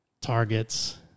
targets